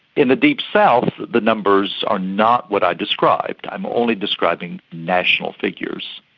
in the deep south the numbers are not what i described. i'm only describing national figures.